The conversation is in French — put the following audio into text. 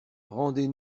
rendez